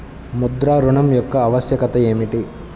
ముద్ర ఋణం యొక్క ఆవశ్యకత ఏమిటీ?